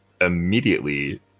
Immediately